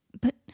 But